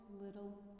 little